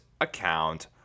account